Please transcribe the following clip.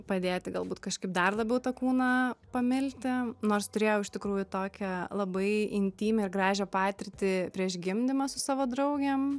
padėti galbūt kažkaip dar labiau tą kūną pamilti nors turėjau iš tikrųjų tokią labai intymią ir gražią patirtį prieš gimdymą su savo draugėm